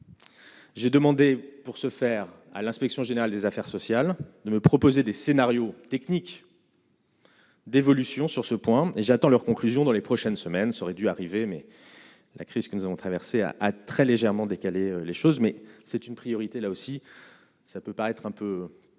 J'ai demandé pour ce faire à l'Inspection générale des affaires sociales ne me proposer des scénarios techniques. D'évolution sur ce point j'attends leurs conclusions dans les prochaines semaines, ça aurait dû arriver mais. La crise que nous avons traversée a a très légèrement décalé les choses, mais c'est une priorité, là aussi, ça peut paraître un peu